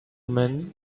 men